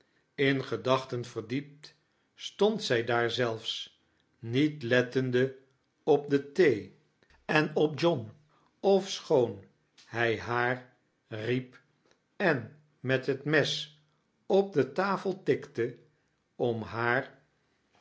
in gedachten verdiept stond zij daa r zelfs niet lettende op de thee en op john ofschoon hjg haar riep en met het mes op de tafel tiikte om haar